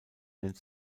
nennt